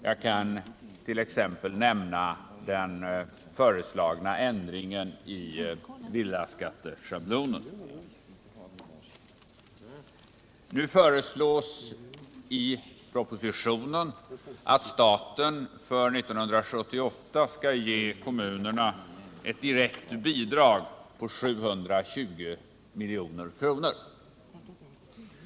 Jag kan t.ex. nämna den föreslagna ändringen i villaskatteschablonen. Nu föreslås i propositionen att staten för 1978 skall ge kommunerna ett direkt bidrag på 720 milj.kr.